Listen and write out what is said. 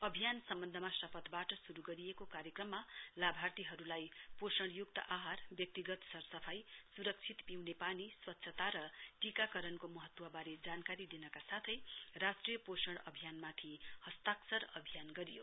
अभियान सम्बन्धमा शपथबाट श्रू गरिएको कार्यक्रममा लाभार्थीहरूलाई पोषणय्क्त आहार व्यक्तिगत सरसफाई सुरक्षित पिउने पानी स्वच्छता र टीकाकरणको महत्वहबारे जानकारी दिनका साथै राष्ट्रिय पोषण अभियानमाथि हस्ताक्षर अभियान गरियो